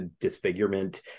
disfigurement